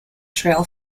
trail